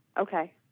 Okay